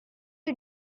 you